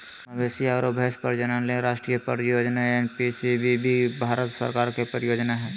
मवेशी आरो भैंस प्रजनन ले राष्ट्रीय परियोजना एनपीसीबीबी भारत सरकार के परियोजना हई